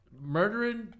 murdering